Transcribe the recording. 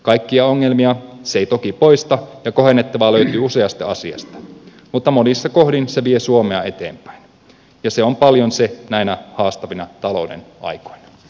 kaikkia ongelmia se ei toki poista ja kohennettavaa löytyy useasta asiasta mutta monissa kohdin se vie suomea eteenpäin ja se on paljon se näinä haastavina talouden aikoina